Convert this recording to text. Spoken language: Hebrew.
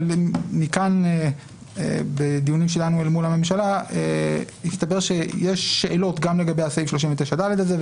אבל בדיונים שלנו מול הממשלה הסתבר שיש שאלות גם לגבי הסעיף 39ד הזה,